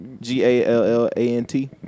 G-A-L-L-A-N-T